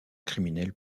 criminel